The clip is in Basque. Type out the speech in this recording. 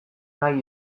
nahi